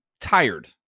tired